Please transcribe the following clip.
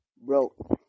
bro